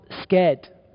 scared